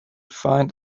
find